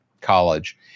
college